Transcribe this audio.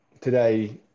today